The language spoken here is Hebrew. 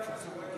והתשובה,